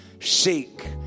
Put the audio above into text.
Seek